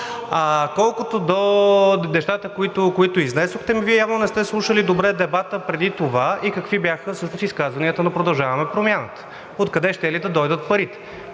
Колкото до нещата, които изнесохте, Вие явно не сте слушали добре дебата преди това и какви бяха всъщност изказванията на „Продължаваме Промяната“ – откъде щели да дойдат парите.